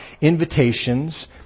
invitations